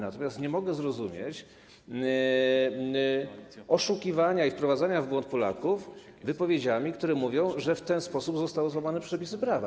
Natomiast nie mogę zrozumieć oszukiwania i wprowadzania w błąd Polaków wypowiedziami, które mówią, że w ten sposób zostały złamane przepisy prawa.